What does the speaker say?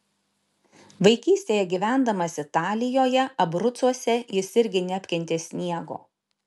vaikystėje gyvendamas italijoje abrucuose jis irgi neapkentė sniego